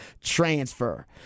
transfer